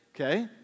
Okay